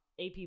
AP